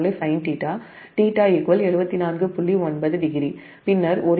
90 பின்னர் ஒரு யூனிட்டுக்கு |Eg|1